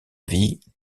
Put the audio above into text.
vie